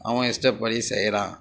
அவன் இஷ்டப்படி செய்கிறான்